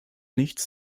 nichts